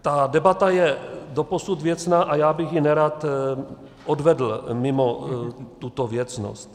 Ta debata je doposud věcná a já bych ji nerad odvedl mimo tuto věcnost.